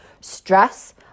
stress